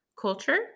culture